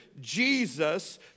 Jesus